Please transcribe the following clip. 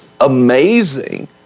amazing